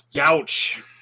Ouch